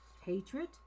hatred